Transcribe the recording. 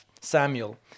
Samuel